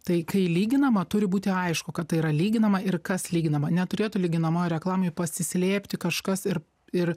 tai kai lyginama turi būti aišku kad tai yra lyginama ir kas lyginama neturėtų lyginamojoj reklamoj pasislėpti kažkas ir ir